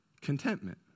contentment